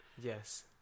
Yes